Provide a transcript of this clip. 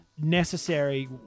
necessary